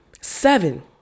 seven